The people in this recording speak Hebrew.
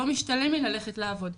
לא משתלם לי ללכת לעבוד.